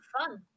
Fun